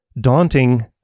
daunting